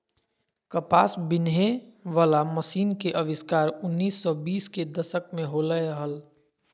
कपास बिनहे वला मशीन के आविष्कार उन्नीस सौ बीस के दशक में होलय हल